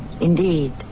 Indeed